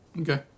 Okay